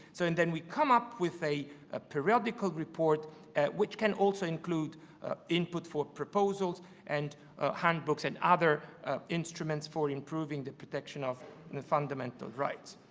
so and then we come up with a ah periodical report which can also include input for proposals and handbooks and other instruments for improving the protection of and the fundamental rights.